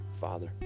Father